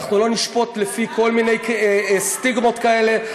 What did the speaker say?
אנחנו לא נשפוט לפי כל מיני סטיגמות כאלה.